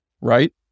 right